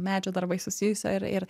medžio darbais susijusio ir ir